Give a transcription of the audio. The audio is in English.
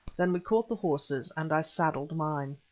then we caught the horses, and i saddled mine.